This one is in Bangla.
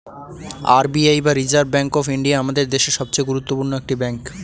আর বি আই বা রিজার্ভ ব্যাঙ্ক অফ ইন্ডিয়া আমাদের দেশের সবচেয়ে গুরুত্বপূর্ণ একটি ব্যাঙ্ক